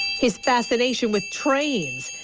his fascination with trains.